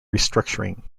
restructuring